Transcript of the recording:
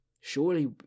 surely